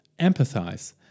empathize